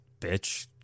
bitch